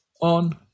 on